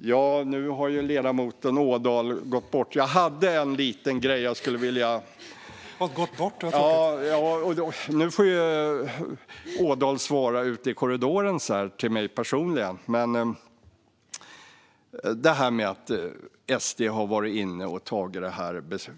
Fru talman! Nu har ledamoten Ådahl avslutat sina repliker, men jag hade en liten grej som skulle vilja ta upp. Ådahl får svara mig personligen ute i korridoren i stället. Det gäller det här att SD har varit inne och varit